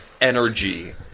energy